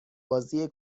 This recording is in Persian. بازی